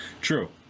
True